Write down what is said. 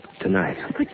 tonight